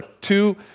two